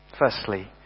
Firstly